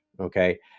okay